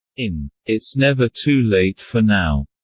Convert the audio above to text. in it's never too late for now,